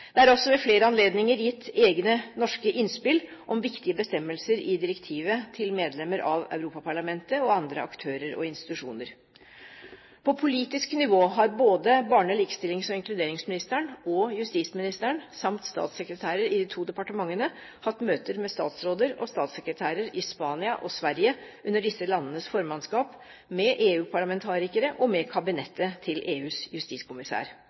Det er også ved flere anledninger gitt egne norske innspill om viktige bestemmelser i direktivet til medlemmer av Europaparlamentet og andre aktører og institusjoner. På politisk nivå har både barne-, likestillings- og inkluderingsministeren og justisministeren samt statssekretærer i de to departementene hatt møter med statsråder og statssekretærer i Spania og Sverige under disse landenes formannskap, med EU-parlamentarikere og med kabinettet til EUs justiskommissær.